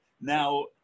now